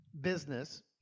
business